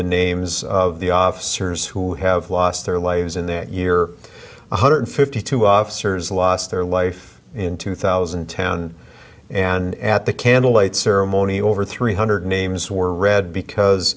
the names of the officers who have lost their lives in that year one hundred fifty two officers lost their life in two thousand and ten and at the candlelight ceremony over three hundred names were read because